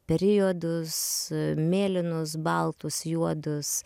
periodus mėlynus baltus juodus